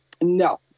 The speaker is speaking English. No